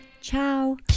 ciao